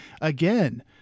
again